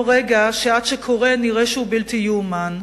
כאותו רגע שעד שקורה נראה שהוא בלתי יאומן,